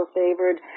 favored